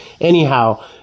Anyhow